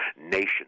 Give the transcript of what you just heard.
Nation